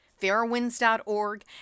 Fairwinds.org